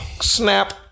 snap